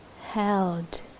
held